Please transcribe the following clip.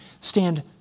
stand